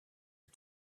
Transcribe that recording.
had